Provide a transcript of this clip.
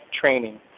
training